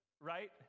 Right